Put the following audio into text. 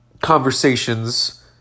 conversations